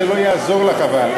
זה לא יעזור לך, אבל.